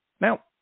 Now